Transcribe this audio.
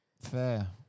Fair